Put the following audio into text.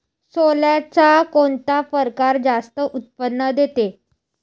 सोल्याचा कोनता परकार जास्त उत्पन्न देते?